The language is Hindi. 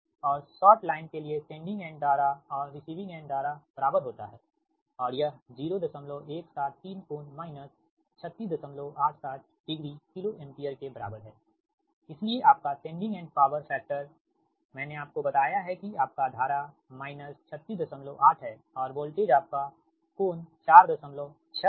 और शॉर्ट लाइन के लिए सेंडिंग एंड धारा और रिसीविंग एंड धारा बराबर होता है और यह 0173 कोण माइनस 3687 डिग्री किलो एम्पीयर के बराबर हैइसलिए आपका सेंडिंग एंड पॉवर फैक्टर मैंने आपको बताया है कि आपका धारा माइनस 368 है और वोल्टेज आपका कोण 46 है